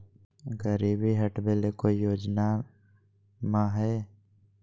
गरीबी हटबे ले कोई योजनामा हय?